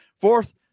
fourth